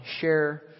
share